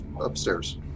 upstairs